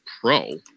pro